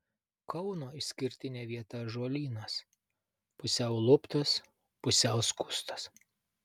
kauno išskirtinė vieta ąžuolynas pusiau luptas pusiau skustas